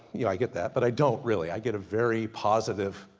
yah, i get that, but i don't really. i get very positive